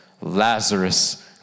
Lazarus